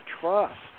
Trust